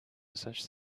such